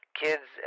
kids